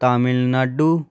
Tamil Nadu